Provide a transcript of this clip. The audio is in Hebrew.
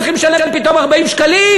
צריכים לשלם פתאום 40 שקלים,